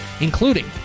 including